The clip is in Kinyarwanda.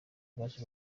baje